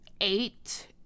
Eight